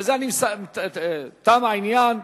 בזה תם העניין.